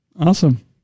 Awesome